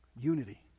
Unity